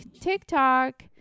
TikTok